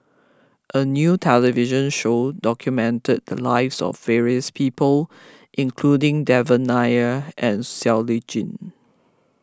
a new television show documented the lives of various people including Devan Nair and Siow Lee Chin